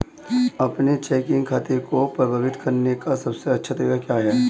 अपने चेकिंग खाते को प्रबंधित करने का सबसे अच्छा तरीका क्या है?